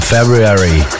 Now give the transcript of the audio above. February